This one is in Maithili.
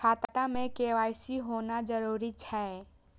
खाता में के.वाई.सी होना जरूरी छै?